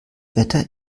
wetter